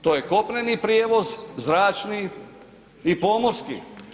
To je kopneni prijevoz, zračni i pomorski.